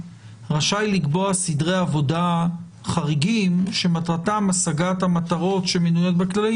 רשאי לקבוע סדרי עבודה חריגים שמטרתם השגת המטרות שמנויות בכללים,